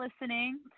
listening